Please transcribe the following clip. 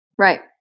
Right